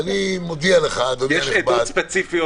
הייתה משפחה